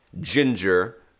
ginger